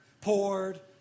poured